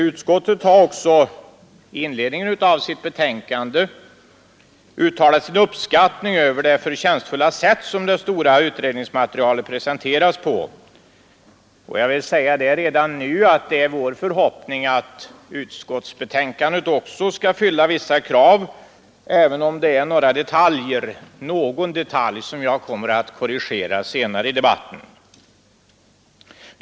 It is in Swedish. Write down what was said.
Utskottet har ocks; anledning av sitt betänkande uttalat sin uppskattning över det förtjänstfulla sätt som det stora utredningsmateria let presenteras på. Jag vill redan nu säga att det är vår förhoppning att utskottsbetänkandet också skall fylla vissa krav, även om det där finns någon detalj som jag kommer att korrigera senare i debatten.